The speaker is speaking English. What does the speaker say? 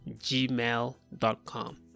gmail.com